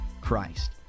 Christ